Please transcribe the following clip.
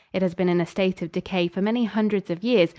it has been in a state of decay for many hundreds of years,